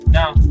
now